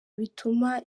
bituma